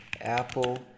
apple